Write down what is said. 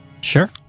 Sure